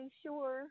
sure